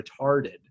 retarded